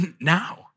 now